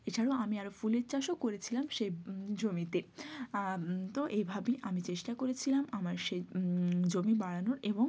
এছাড়াও আমি আরও ফুলের চাষও করেছিলাম সেই জমিতে তো এভাবেই আমি চেষ্টা করেছিলাম আমার সেই জমি বাড়ানোর এবং